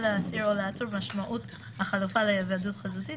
לאסיר או לעצור משמעות החלופה להיוועדות חזותית,